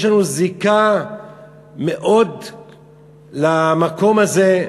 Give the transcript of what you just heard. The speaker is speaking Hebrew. יש לנו זיקה חזקה מאוד למקום הזה,